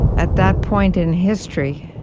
at that point in history,